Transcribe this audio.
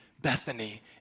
Bethany